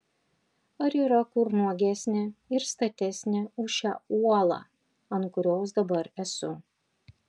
ar yra kur nuogesnė ir statesnė už šią uolą ant kurios dabar esu